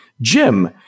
Jim